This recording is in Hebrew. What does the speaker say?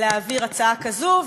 להעביר הצעה כזו,